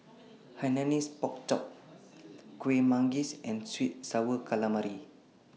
Hainanese Pork Chop Kueh Manggis and Sweet and Sour Calamari